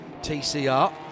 TCR